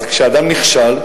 כשאדם נכשל,